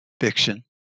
fiction